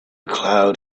cloud